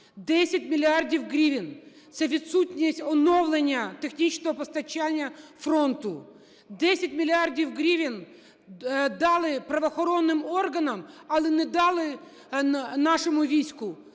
10 мільярдів гривень – це відсутність оновлення технічного постачання фронту! 10 мільярдів гривень дали правоохоронним органам, але не дали нашому війську!